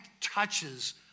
touches